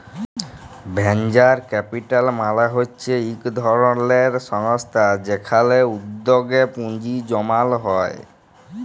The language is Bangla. ভেঞ্চার ক্যাপিটাল মালে হচ্যে ইক ধরলের সংস্থা যেখালে উদ্যগে পুঁজি জমাল হ্যয়ে